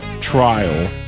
trial